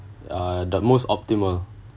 uh the most optimal